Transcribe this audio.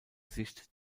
sicht